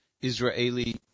Israeli